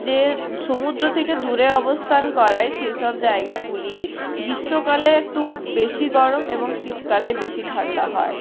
যে সমুদ্র থেকে দূরে অবস্থান করায় সেইসব জায়গাগুলি গ্রীষ্মকালে একটু বেশি গরম এবং শীতকালে বেশি ঠান্ডা হয়